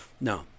no